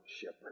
shepherd